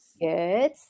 Good